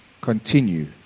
continue